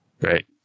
Right